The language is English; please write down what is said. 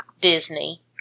Disney